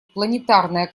планетарная